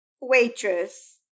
waitress